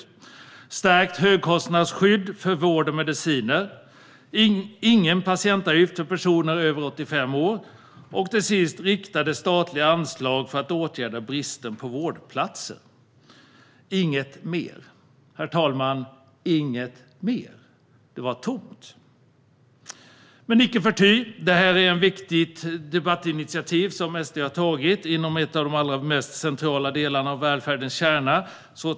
De andra var "stärkt högkostnadsskydd för vård och mediciner", "ingen patientavgift för personer över 85 år" och "riktade statliga anslag för att åtgärda bristen på vårdplatser". Det fanns inget mer, herr talman. Det var tomt. Men icke förty är det ett viktigt debattinitiativ som SD har tagit inom en av de allra mest centrala delarna av välfärdens kärna.